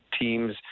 teams –